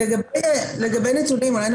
לגבי נתונים עדכניים,